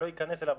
אני לא אכנס אליו,